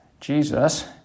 Jesus